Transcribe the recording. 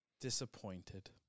Disappointed